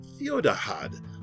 Theodahad